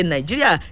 Nigeria